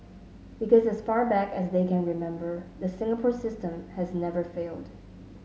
because as far back as they can remember the Singapore system has never failed